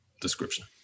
description